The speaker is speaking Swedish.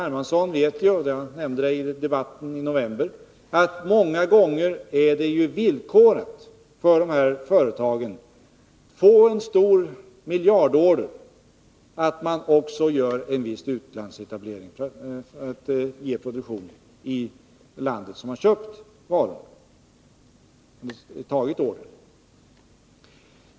Hermansson vet ju — han nämnde det i debatten i november — att det många gånger är ett villkor för dessa företag, när det gäller att få miljardorder, att man också gör en viss utlandsetablering för produktion i det land som har gett ordern.